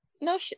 No